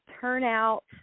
turnout